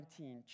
19